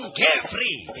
carefree